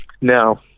No